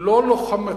לא לוחמתית.